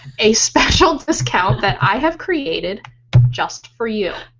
a special discount that i have created just for you.